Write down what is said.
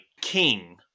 king